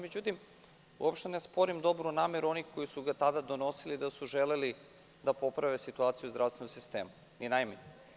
Međutim, u opšte ne sporim dobru nameru onih koji su ga tada donosili da su želeli da poprave situaciju u zdravstvenom sistemu, ni najmanje.